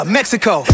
Mexico